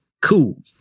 Cool